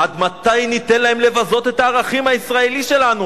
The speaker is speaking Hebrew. "עד מתי ניתן להם לבזות את הערכים הישראליים שלנו?